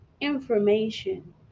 information